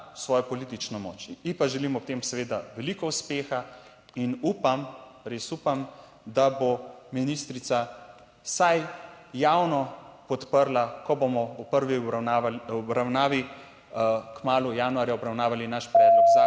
svojo politično moč, ji pa želim ob tem seveda veliko uspeha in upam, res upam, da bo ministrica vsaj javno podprla, ko bomo v prvi obravnavi kmalu januarja obravnavali naš Predlog /